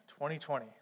2020